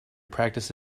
practised